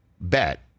bet